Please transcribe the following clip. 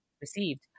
received